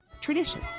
tradition